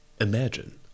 Imagine